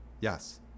Yes